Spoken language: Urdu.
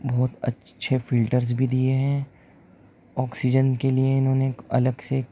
بہت اچھے فلٹرس بھی دیے ہیں آکسیجن کے لیے انہوں نے الگ سے ایک